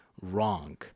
wrong